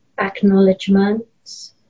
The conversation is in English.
Acknowledgements